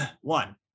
one